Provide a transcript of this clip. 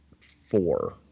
four